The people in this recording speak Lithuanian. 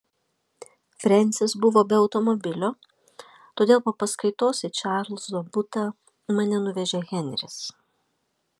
frensis buvo be automobilio todėl po paskaitos į čarlzo butą mane nuvežė henris